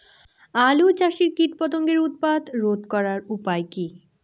আলু চাষের কীটপতঙ্গের উৎপাত রোধ করার উপায় কী?